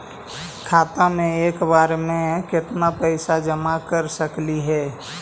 खाता मे एक बार मे केत्ना पैसा जमा कर सकली हे?